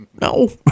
No